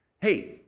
Hey